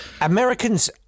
Americans